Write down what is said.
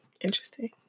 Interesting